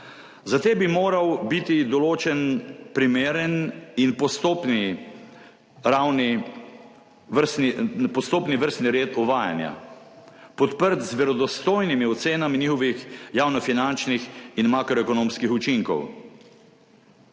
Za te bi moral biti določen primeren in postopni ravni vrstni, postopni vrstni red uvajanja, podprt z verodostojnimi ocenami njihovih javnofinančnih in makroekonomskih učinkov.